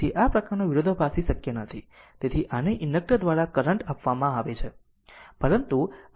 તેથી આ પ્રકારનો વિરોધાભાસી શક્ય નથી તેથી આને ઇન્ડક્ટર દ્વારા કરંટ આપવામાં આવે છે જેને મંજૂરી નથી